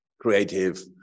creative